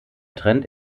trennt